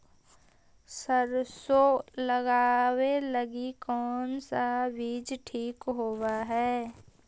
सरसों लगावे लगी कौन से बीज ठीक होव हई?